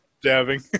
Dabbing